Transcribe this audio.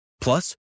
plus